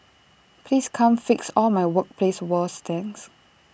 please come fix all my workplace woes thanks